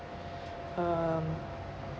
um